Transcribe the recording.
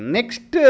Next